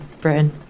Britain